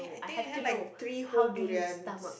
then I had like three whole durians